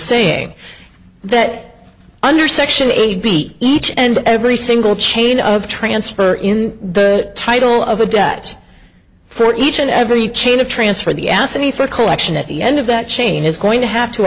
saying that under section eight beat each and every single chain of transfer the title of a debt for each and every chain of transfer the ask me for collection at the end of that chain is going to have to